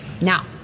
now